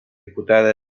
diputades